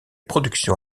productions